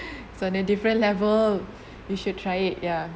so the different level you should try it ya